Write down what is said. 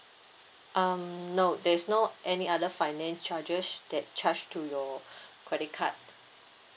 um no there's no any other finance charges that charge to your credit card